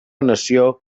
nació